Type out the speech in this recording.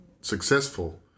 successful